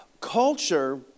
culture